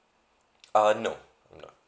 uh no no